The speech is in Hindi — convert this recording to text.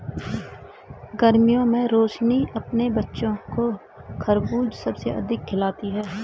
गर्मियों में रोशनी अपने बच्चों को खरबूज सबसे अधिक खिलाती हैं